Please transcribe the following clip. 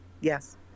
Yes